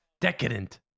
Decadent